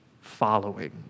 following